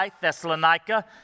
Thessalonica